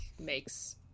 makes